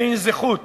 אין זכות